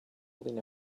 holding